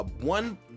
one